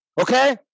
Okay